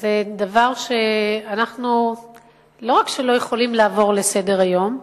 זה דבר שלא רק שאיננו יכולים לעבור עליו לסדר-היום,